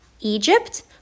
Egypt